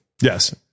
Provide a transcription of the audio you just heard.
Yes